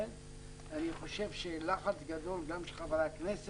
גם של חברי הכנסת,